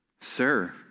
Sir